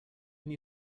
when